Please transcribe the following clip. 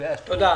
תודה.